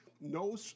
No